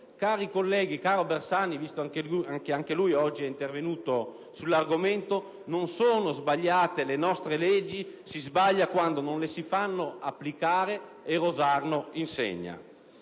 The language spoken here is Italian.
Cari colleghi, caro onorevole Bersani (visto che anche lui oggi è intervenuto sull'argomento), non sono sbagliate le nostre leggi, ma si sbaglia quando queste non vengono applicate, come Rosarno insegna.